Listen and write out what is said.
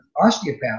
osteopath